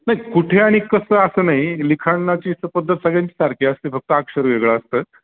नाही कुठे आणि कसं असं नाही लिखाणाची असं पद्धत सगळ्यांची सारखी असते फक्त अक्षर वेगळं असतं